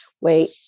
Wait